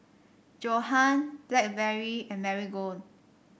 Johan Blackberry and Marigold